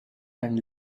and